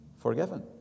forgiven